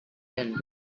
wind